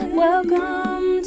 welcome